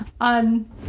on